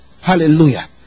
Hallelujah